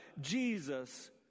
Jesus